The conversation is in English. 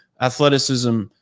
athleticism